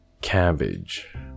CABBAGE